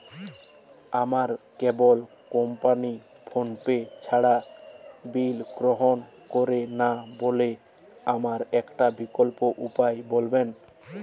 আমার cable company PhonePe ছাড়া bill গ্রহণ করে না বলে আমার একটা বিকল্প উপায় বলবেন?